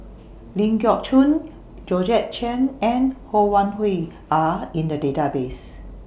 Ling Geok Choon Georgette Chen and Ho Wan Hui Are in The Database